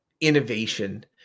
innovation